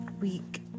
week